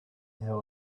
there